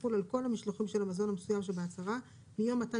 תחול על כל המשלוחים של המזון המסוים שבהצהרה מיום מתן